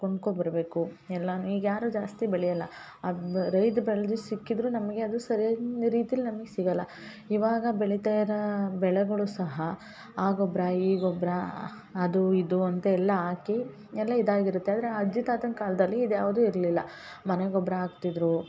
ಕೊಂಡ್ಕೊ ಬರಬೇಕು ಎಲ್ಲಾನು ಈಗ ಯಾರೂ ಜಾಸ್ತಿ ಬೆಳೆಯಲ್ಲ ರೈತ್ರು ಬೆಳ್ದು ಸಿಕ್ಕಿದರೂ ನಮಗೆ ಅದು ಸರಿಯಾದ ರೀತಿಲಿ ನಮ್ಗೆ ಸಿಗಲ್ಲ ಇವಾಗ ಬೆಳೀತಾ ಇರೋ ಬೆಳೆಗಳು ಸಹ ಆ ಗೊಬ್ಬರ ಈ ಗೊಬ್ಬರ ಅದು ಇದು ಅಂತ ಎಲ್ಲ ಹಾಕಿ ಎಲ್ಲ ಇದಾಗಿರುತ್ತೆ ಆದರೆ ಅಜ್ಜಿ ತಾತನ ಕಾಲದಲ್ಲಿ ಇದ್ಯಾವುದೂ ಇರಲಿಲ್ಲ ಮನೆ ಗೊಬ್ಬರ ಹಾಕ್ತಿದ್ದರು